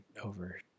over